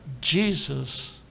Jesus